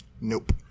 Nope